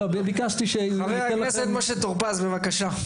חבר הכנסת משה טור-פז בבקשה.